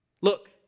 Look